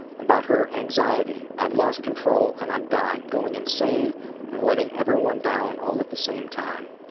about her anxiety, i've lost control and i'm dying. going insane and letting everyone down all at the same time.